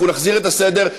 אנחנו נחזיר את הסדר.